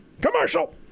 Commercial